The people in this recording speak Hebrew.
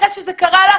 אחרי שזה קרה לה,